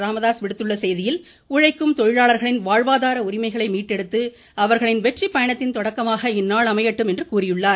ராமதாஸ் விடுத்துள்ள செய்தியில் உழைக்கும் உரிமைகளை தொழிலாளர்களின் வாழ்வாதார மீட்டெடுத்து அவர்களின் வெற்றிப்பயணத்தின் தொடக்கமாக இந்நாள் அமையட்டும் என்று கூறியுள்ளார்